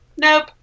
Nope